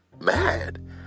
mad